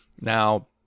Now